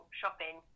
shopping